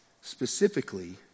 specifically